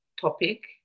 topic